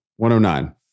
109